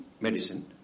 medicine